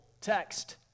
text